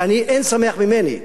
אין שמח ממני,